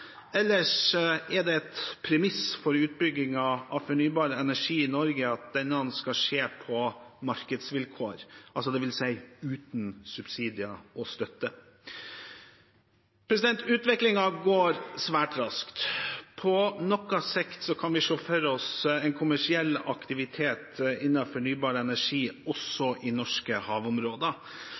Ellers er det et premiss for utbygging av fornybar energi i Norge at denne skal skje på markedsvilkår, det vil si uten subsidier og støtte. Utviklingen går svært raskt. På noe sikt kan vi se for oss en kommersiell aktivitet innen fornybar energi også i norske havområder.